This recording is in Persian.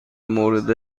مورد